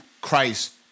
Christ